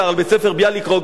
על בית-ספר "ביאליק-רוגוזין".